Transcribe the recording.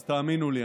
אז תאמינו לי,